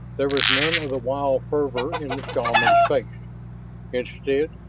there was none of the wild fervor in the shaman's face instead,